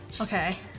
Okay